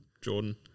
Jordan